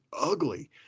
ugly